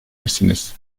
misiniz